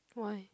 why